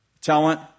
Talent